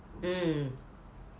mm